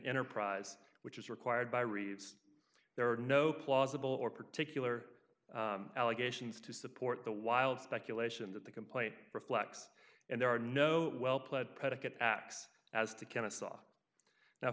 enterprise which is required by reviews there are no plausible or particular allegations to support the wild speculation that the complaint reflects and there are no well planned predicate acts as to kennesaw